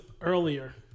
earlier